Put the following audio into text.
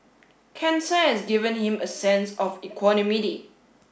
cancer has given him a sense of equanimity